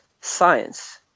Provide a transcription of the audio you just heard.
science